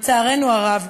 לצערנו הרב,